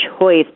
choice